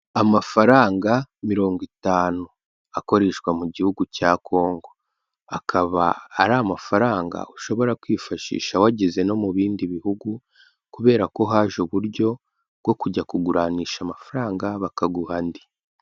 Amafaranga mirongo itanu, akoreshwa mu gihugu cya Congo. Akaba ari amafaranga ushobora kwifashisha wageze no mu bindi bihugu kubera ko haje uburyo bwo kujya kuguriranisha amafaranga bakaguha andi.